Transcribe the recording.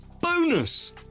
Bonus